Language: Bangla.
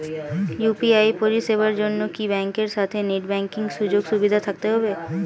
ইউ.পি.আই পরিষেবার জন্য কি ব্যাংকের সাথে নেট ব্যাঙ্কিং সুযোগ সুবিধা থাকতে হবে?